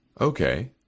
Okay